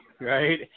right